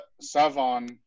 Savon